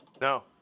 No